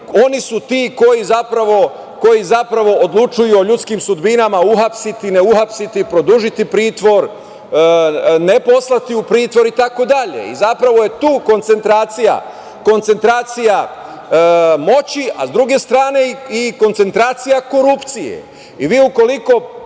oni su ti koji zapravo odlučuju o ljudskim sudbinama - uhapsiti, ne uhapsiti, produžiti pritvor, ne poslati u pritvor itd. zapravo je tu koncentracija moći i, s druge strane, i koncentracija korupcije. Vi ukoliko